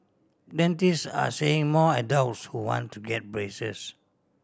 dentists are seeing more adults who want to get braces